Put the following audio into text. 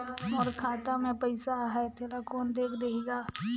मोर खाता मे पइसा आहाय तेला कोन देख देही गा?